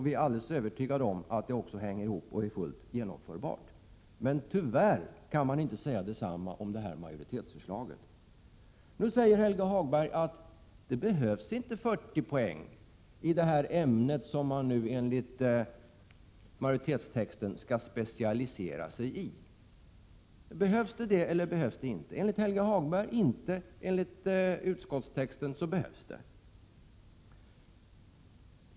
Vi är alldeles övertygade om att det hänger ihop och är fullt genomförbart. Tyvärr kan man inte säga detsamma om majoritetsförslaget. Nu säger Helge Hagberg att det inte behövs 40 poäng i det ämne som man enligt majoritetstexten skall specialisera sig i. Ja, behövs det eller behövs det inte? Enligt Helge Hagberg behövs det inte, men enligt utskottstexten behövs det.